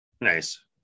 nice